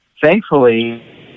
thankfully